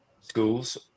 schools